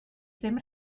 ddim